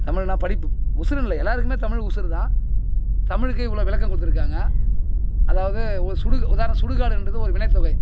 தமிழ்னா படிப்பு உசுருன்னு இல்லை எல்லாருக்கும் தமிழ் உசுரு தான் தமிழுக்கு இவ்வளோ விளக்கம் கொடுத்துருக்காங்க அதாவது ஒரு சூடு உதாரணம் சுடுகாடுன்றது ஒரு வினைத்தொகை